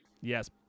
Yes